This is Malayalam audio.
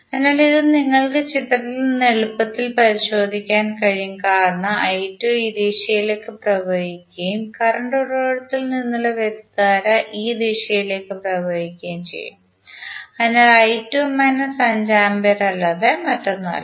അതിനാൽ ഇത് നിങ്ങൾക്ക് ചിത്രത്തിൽ നിന്ന് എളുപ്പത്തിൽ പരിശോധിക്കാൻ കഴിയും കാരണം ഈ ദിശയിലേക്ക് പ്രവഹിക്കുകയും കറന്റ് ഉറവിടത്തിൽ നിന്നുള്ള വൈദ്യുതധാര ഈ ദിശയിലേക്ക് പ്രവഹിക്കുകയും ചെയ്യും അതിനാൽ മൈനസ് 5 ആമ്പിയർ അല്ലാതെ മറ്റൊന്നുമല്ല